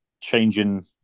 changing